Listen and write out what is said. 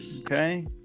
okay